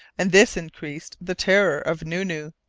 and this increased the terror of nu-nu,